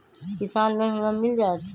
किसान लोन हमरा मिल जायत?